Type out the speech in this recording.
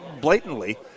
blatantly